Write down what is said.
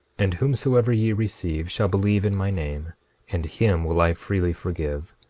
and whomsoever ye receive shall believe in my name and him will i freely forgive.